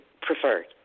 preferred